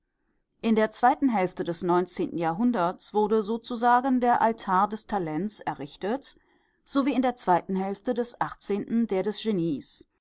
in der zweiten hälfte des neunzehnten jahrhunderts wurde sozusagen der altar des talents errichtet so wie in der zweiten hälfte des achtzehnten der des genies